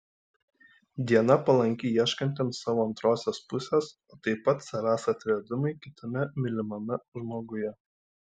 diena palanki ieškantiems savo antrosios pusės o taip pat savęs atradimui kitame mylimame žmoguje